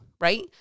right